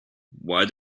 why